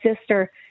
sister